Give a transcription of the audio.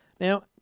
Now